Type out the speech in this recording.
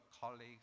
colleagues